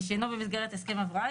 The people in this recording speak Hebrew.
שאינו במסגרת הסכם הבראה,